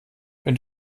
wenn